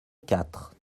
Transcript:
quatre